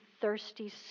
thirsty